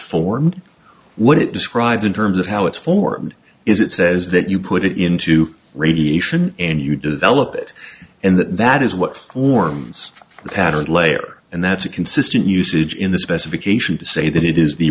formed what it describes in terms of how it's formed is it says that you put it into radiation and you develop it and that is what forms the patterns layer and that's a consistent usage in the specification to say that it is the